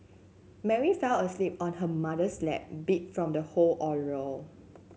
Mary fell asleep on her mother's lap beat from the whole ordeal